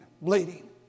bleeding